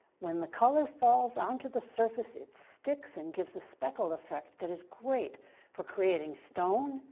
when the color falls onto the surface, it sticks and gives a speckled effect that is great for creating stone,